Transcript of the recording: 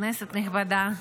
כנסת נכבדה,